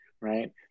right